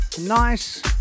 Nice